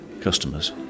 customers